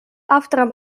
автором